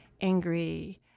angry